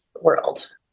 world